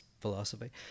philosophy